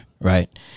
Right